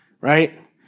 Right